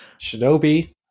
Shinobi